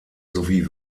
sowie